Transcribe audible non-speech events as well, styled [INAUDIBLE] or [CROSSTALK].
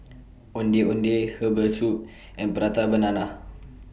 [NOISE] Ondeh Ondeh Herbal Soup and Prata Banana